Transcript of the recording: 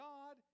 God